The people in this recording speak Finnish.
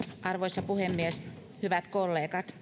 arvoisa puhemies hyvät kollegat